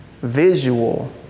visual